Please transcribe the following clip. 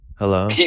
Hello